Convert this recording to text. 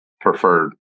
preferred